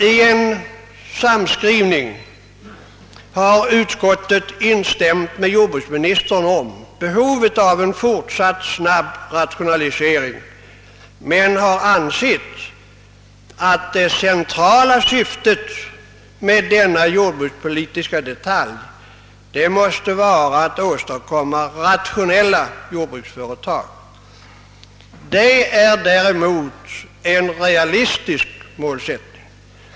I en samskrivning har utskottet instämt med jordbruksministern om behovet av en fortsatt, snabb rationalisering. Man har ansett att det centrala syftet med denna jordbrukspolitiska detalj måste vara att åstadkomma rationella jordbruksföretag. Detta är ju en realistisk målsättning.